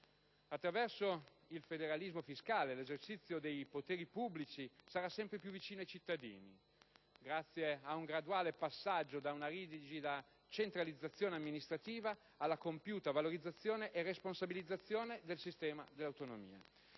Attraverso il federalismo fiscale l'esercizio dei poteri pubblici sarà sempre più vicino ai cittadini, grazie ad un graduale passaggio da una rigida centralizzazione amministrativa alla compiuta valorizzazione e responsabilizzazione del sistema delle autonomie.